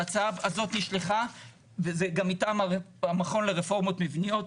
וההצעה הזאת נשלחה וזה גם מטעם המכון לרפורמות מבניות.